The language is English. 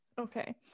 Okay